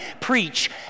preach